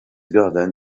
garden